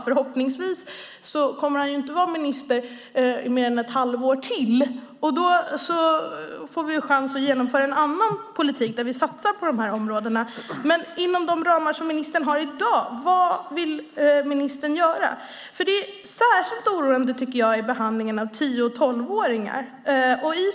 Förhoppningsvis kommer han inte att vara minister mer än ett halvår till, och då får vi chans att genomföra en annan politik där vi satsar på de områdena. Men inom de ramar som ministern har i dag, vad vill ministern göra? Särskilt oroande är behandlingen av tio till tolvåringar.